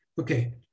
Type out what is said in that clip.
Okay